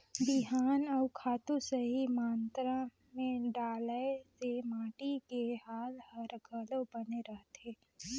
बिहान अउ खातू सही मातरा मे डलाए से माटी के हाल हर घलो बने रहथे